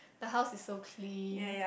the house is so clean